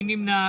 מי נמנע?